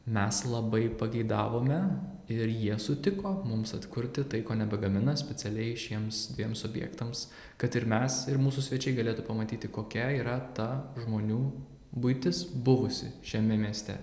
mes labai pageidavom ir jie sutiko mums atkurti tai ko nebegamina specialiai šiems dviem subjektams kad ir mes ir mūsų svečiai galėtų pamatyti kokia yra ta žmonių buitis buvusi šiame mieste